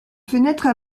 fenêtres